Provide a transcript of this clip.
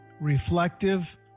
reflective